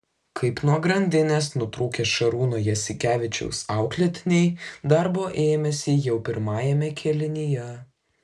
kaip nuo grandinės nutrūkę šarūno jasikevičiaus auklėtiniai darbo ėmėsi jau pirmajame kėlinyje